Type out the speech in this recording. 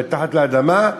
מתחת לאדמה,